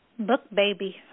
BookBaby